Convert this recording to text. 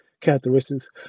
characteristics